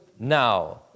Now